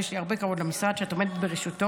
ויש לי הרבה כבוד למשרד שאת עומדת בראשותו,